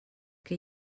què